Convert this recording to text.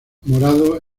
morado